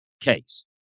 case